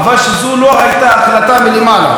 אבל זו לא הייתה החלטה מלמעלה.